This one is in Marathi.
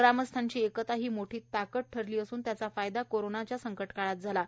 ग्रामस्थांची एकता ही मोठी ताकद ठरली असून त्याचा फायदा कोरोना संकट काळात झाला आहे